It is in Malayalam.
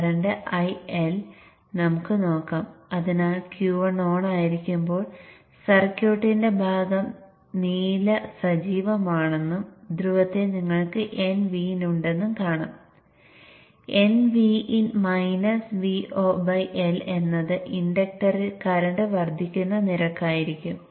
ഇവിടെ നോൺ ഡോട്ട് എൻഡ് ഗ്രൌണ്ടുമായി ബന്ധിപ്പിച്ചിരിക്കുന്നു